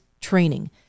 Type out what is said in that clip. training